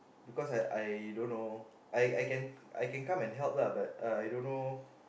because I I don't know I I can I can come and help lah but uh I don't know